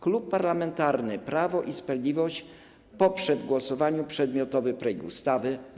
Klub Parlamentarny Prawo i Sprawiedliwość poprze w głosowaniu przedmiotowy projekt ustawy.